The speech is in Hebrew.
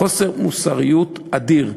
חוסר מוסריות אדיר.